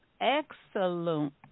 excellent